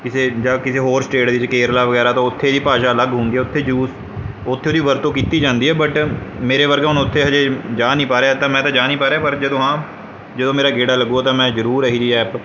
ਕਿਸੇ ਜਾਂ ਕਿਸੇ ਹੋਰ ਸਟੇਟ 'ਚ ਕੇਰਲਾ ਵਗੈਰਾ ਤਾਂ ਉੱਥੇ ਹੀ ਭਾਸ਼ਾ ਅਲੱਗ ਹੁੰਦੀ ਉੱਥੇ ਜੂਸ ਉੱਥੇ ਦੀ ਵਰਤੋਂ ਕੀਤੀ ਜਾਂਦੀ ਹੈ ਬਟ ਮੇਰੇ ਵਰਗੇ ਹੁਣ ਉੱਥੇ ਹਾਲੇ ਜਾ ਨਹੀਂ ਪਾ ਰਿਹਾ ਤਾਂ ਮੈਂ ਤਾਂ ਜਾ ਨਹੀਂ ਪਾ ਰਿਹਾ ਪਰ ਜਦੋਂ ਹਾਂ ਜਦੋਂ ਮੇਰਾ ਗੇੜਾ ਲੱਗੂਗਾ ਤਾਂ ਮੈਂ ਜ਼ਰੂਰ ਇਹੋ ਜਿਹੀ ਐਪ